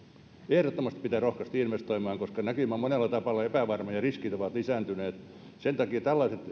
ehdottomasti pitää rohkaista investoimaan koska näkymä monella tapaa on epävarma ja riskit ovat lisääntyneet sen takia